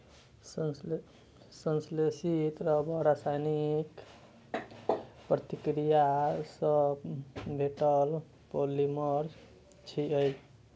संश्लेषित रबड़ रासायनिक प्रतिक्रिया सं भेटल पॉलिमर छियै